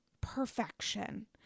perfection